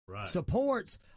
supports